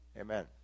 Amen